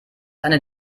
eine